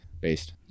Based